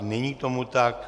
Není tomu tak.